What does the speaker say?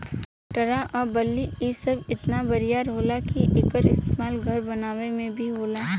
पटरा आ बल्ली इ सब इतना बरियार होला कि एकर इस्तमाल घर बनावे मे भी होला